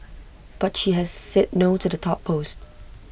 but she has said no to the top post